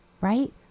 Right